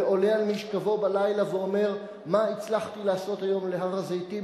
ועולה על משכבו בלילה ואומר: מה הצלחתי לעשות היום להר-הזיתים?